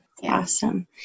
Awesome